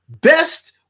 best